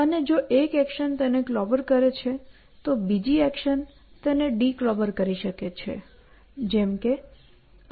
અને જો એક એક્શન તેને ક્લોબર કરે છે તો બીજી એક્શન તેને ડિક્લોબર કરી શકે છે